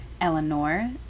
Eleanor